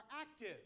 active